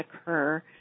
occur